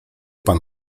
pan